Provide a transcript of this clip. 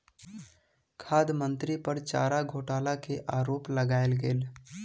खाद्य मंत्री पर चारा घोटाला के आरोप लगायल गेल